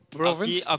province